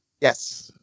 yes